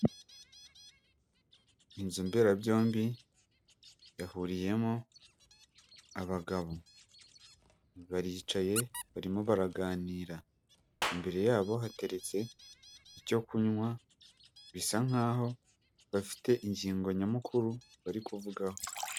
Inzu mbera byombi yahuriyemo abagabo, baricaye barimo baraganira, imbere yabo hateretse icyo kunywa bisa nk'aho bafite ingingo nyamukuru bari kuvugaho.